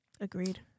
Agreed